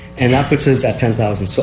and that puts us at ten thousand. so